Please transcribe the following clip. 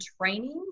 trainings